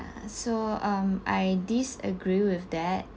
uh so um I disagree with that